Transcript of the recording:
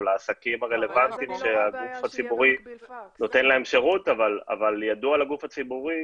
לעסקים הרלוונטיים שהגוף הציבורי נותן להם שירות אבל ידוע לגוף הציבורי